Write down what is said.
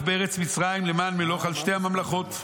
בארץ מצרים למען מלוך על שתי הממלכות.